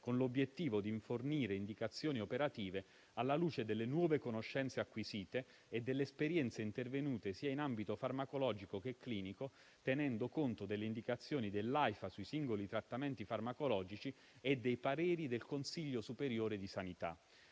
con l'obiettivo di fornire indicazioni operative alla luce delle nuove conoscenze acquisite e delle esperienze intervenute sia in ambito farmacologico che clinico, tenendo conto delle indicazioni dell'Aifa sui singoli trattamenti farmacologici e dei pareri del Consiglio superiore di sanità.